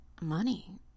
money